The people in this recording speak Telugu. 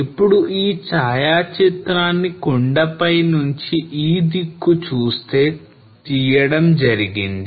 ఇప్పుడు ఈ ఛాయా చిత్రాన్ని కొండ పైనుంచి ఈ దిక్కు చూస్తూ తీయడం జరిగింది